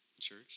church